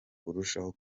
urushaho